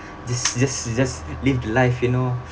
just just just live life you know